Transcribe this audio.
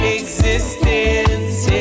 existence